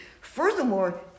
Furthermore